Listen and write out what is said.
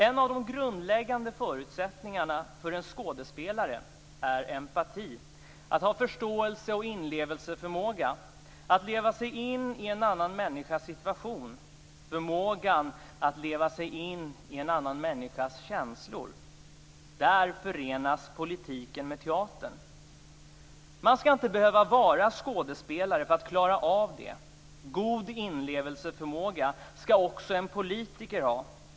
En av de grundläggande förutsättningarna för en skådespelare är empati, att ha förståelse och inlevelseförmåga, att leva sig in i en annan människas situation, förmågan att leva sig in i en annan människas känslor. Där förenas politiken med teatern. Man skall inte behöva vara skådespelare för att klara av det. God inlevelseförmåga skall också en politiker ha.